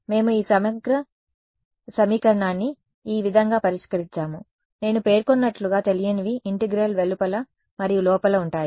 మేము ఈ సమగ్ర సమీకరణాన్ని ఈ విధంగా పరిష్కరించాము నేను పేర్కొన్నట్లుగా తెలియనివి ఇంటెగ్రల్ వెలుపల మరియు లోపల ఉంటాయి